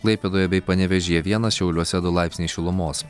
klaipėdoje bei panevėžyje vienas šiauliuose du laipsniai šilumos